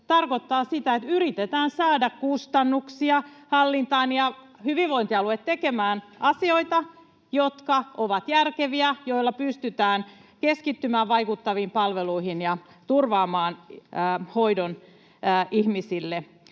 tarkoittaa sitä, että yritetään saada kustannuksia hallintaan ja hyvinvointialueet tekemään asioita, jotka ovat järkeviä, joilla pystytään keskittymään vaikuttaviin palveluihin ja turvaamaan hoito ihmisille.